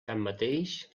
tanmateix